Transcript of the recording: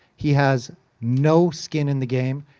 he has no skin in the game.